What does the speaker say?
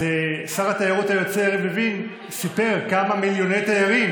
אז שר התיירות היוצא יריב לוין סיפר כמה מיליוני תיירים